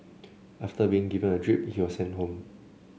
after being given a drip he was sent home